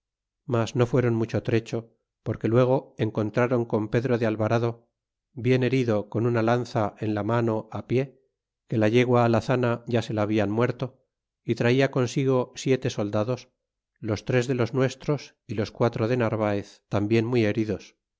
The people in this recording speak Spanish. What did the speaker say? mas no fuéron mucho trecho porque luego encontrron con pedro de alvarado bien herido con una lanza en la mano á pie que la yegua alazana ya se la habian muerto y traia consigo siete soldados los tres de los nuestros y los quatro de narvaez tambien muy heridos